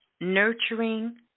nurturing